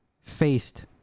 faced